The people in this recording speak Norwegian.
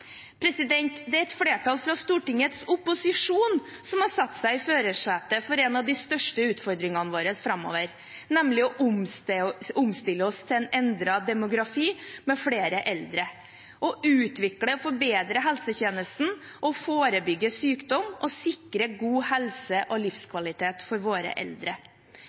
Det er et flertall fra Stortingets opposisjon som har satt seg i førersetet for en av de største utfordringene våre framover, nemlig å omstille oss til en endret demografi med flere eldre, å utvikle og forbedre helsetjenesten, å forebygge sykdom og å sikre god helse og livskvalitet for våre eldre.